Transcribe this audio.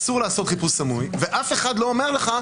אסור לעשות חיפוש סמוי ואף אחד לא אומר לך,